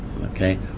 Okay